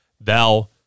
thou